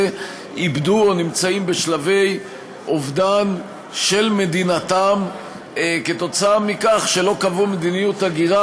איבדו או נמצאים בשלבי אובדן של מדינתם כתוצאה מכך שלא קבעו מדיניות הגירה,